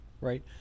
right